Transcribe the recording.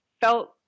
felt